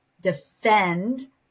defend